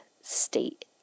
state